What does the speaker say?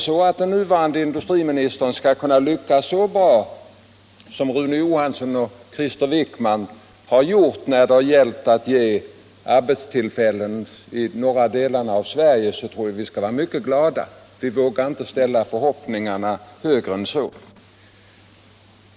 Om den nuvarande industriministern lyckas så bra som Rune Johansson och Krister Wickman har gjort när det gäller att ge arbetstillfällen åt de norra delarna av Sverige tror jag att vi skall vara mycket glada. Men jag vågar inte ställa förhoppningarna högre än så.